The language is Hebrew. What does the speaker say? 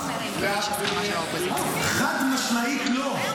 חד-משמעית לא.